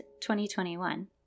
2021